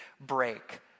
break